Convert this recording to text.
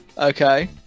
okay